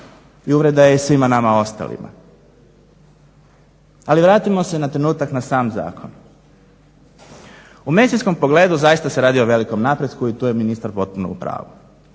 i uvreda je i svima nama ostalima. Ali vratimo se na trenutak na sam zakon. U medicinskom pogledu zaista se radi o velikom napretku i tu je ministar potpuno upravu.